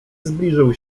zbliżył